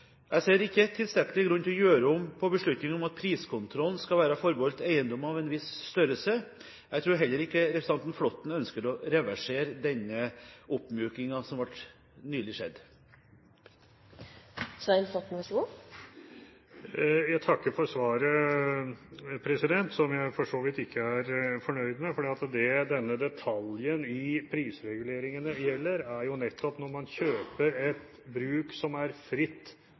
Jeg ser ikke tilstrekkelig grunn til å gjøre om på beslutningen om at priskontrollen skal være forbeholdt eiendommer av en viss størrelse. Jeg tror heller ikke representanten Flåtten ønsker å reversere denne oppmykningen som nylig har skjedd. Jeg takker for svaret, som jeg for så vidt ikke er fornøyd med. Det denne detaljen i prisreguleringen gjelder, er jo nettopp at når man kjøper et bruk som er fritt